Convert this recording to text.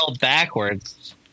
backwards